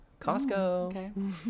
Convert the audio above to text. Costco